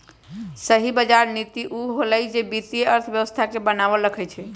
सही बजार नीति उ होअलई जे वित्तीय अर्थव्यवस्था के बनाएल रखई छई